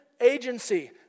agency